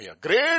Great